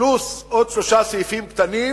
פלוס עוד שלושה סעיפים קטנים,